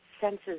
senses